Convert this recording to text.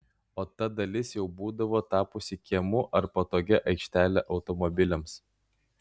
o ta dalis jau būdavo tapusi kiemu ar patogia aikštele automobiliams